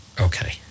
okay